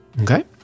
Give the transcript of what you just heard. Okay